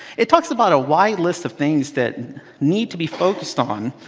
it talks about a wide list of things that need to be focused on.